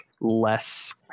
less